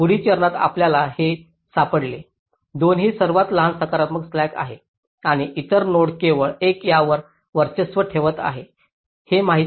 पुढील चरणात आपल्याला हे सापडेल 2 ही सर्वात लहान सकारात्मक स्लॅक आहे आणि इतर नोड केवळ 1 यावरच वर्चस्व ठेवत आहेत हे माहित नाही